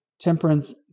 temperance